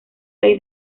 ley